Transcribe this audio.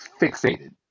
fixated